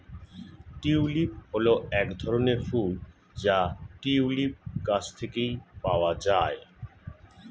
tulip হল এক ধরনের ফুল যা টিউলিপ গাছ থেকে পাওয়া যায়